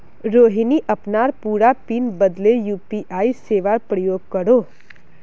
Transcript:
रोहिणी अपनार पूरा पिन बदले यू.पी.आई सेवार प्रयोग करोह